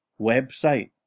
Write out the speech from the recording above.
website